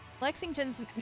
Lexington's